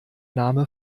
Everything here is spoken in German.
name